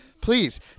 please